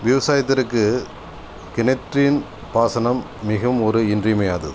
விவசாயத்திற்கு கிணற்றின் பாசனம் மிகவும் ஒரு இன்றியமையாதது